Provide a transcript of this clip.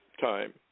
time